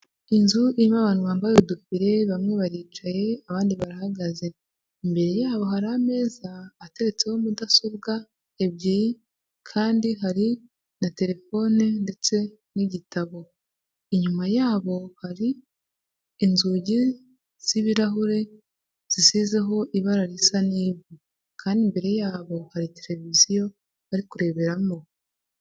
Inzu irimo abantu bambaye udufiri bamwe baricaye abandi barahagaze, imbere yabo hari ameza ateretseho mudasobwa ebyiri kandi hari na telefone ndetse n'igitabo, inyuma yabo hari inzugi z'ibirahure zisizeho ibara risa n'ivu kandi imbere yabo hari televiziyo bari kureberamo.